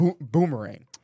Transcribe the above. boomerang